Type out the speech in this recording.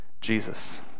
Jesus